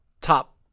top